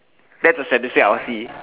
that's a statistic I will see